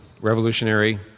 revolutionary